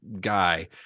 guy